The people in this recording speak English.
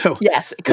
Yes